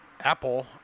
Apple